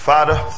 Father